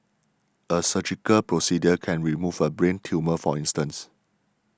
a surgical procedure can remove a brain tumour for instance